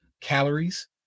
calories